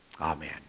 amen